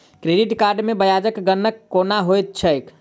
credit card मे ब्याजक गणना केना होइत छैक